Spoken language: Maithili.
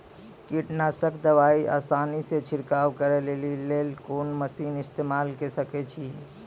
कीटनासक दवाई आसानीसॅ छिड़काव करै लेली लेल कून मसीनऽक इस्तेमाल के सकै छी?